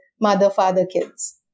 mother-father-kids